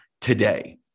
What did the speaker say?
today